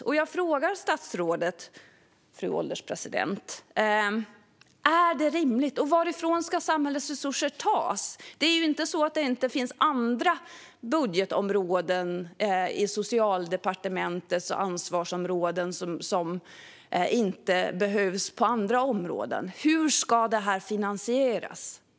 Och jag frågar statsrådet, fru ålderspresident: Är det rimligt, och varifrån ska samhällets resurser tas? Det är ju inte så att det inte finns behov på andra budgetområden under Socialdepartementets ansvar. Hur ska detta finansieras?